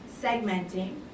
segmenting